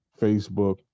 Facebook